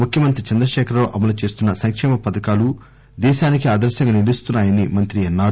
ముఖ్యమంత్రి చంద్రశేఖర రావు అమలుచేస్తున్స సంకేమ పథకాలు దేశానికే ఆదర్భంగా నిలుస్తున్నా యని మంత్రి అన్నారు